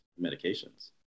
medications